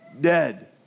dead